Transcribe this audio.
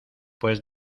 pues